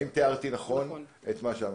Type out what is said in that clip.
האם תיארתי נכון את מה שאמרת?